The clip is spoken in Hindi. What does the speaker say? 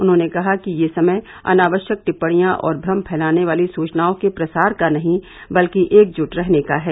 उन्होंने कहा कि ये समय अनावश्यक टिप्पणियां और भ्रम फैलाने वाली सूचनाओं के प्रसार का नहीं बल्कि एकजुट रहने का है